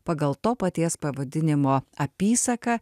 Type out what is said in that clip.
pagal to paties pavadinimo apysaką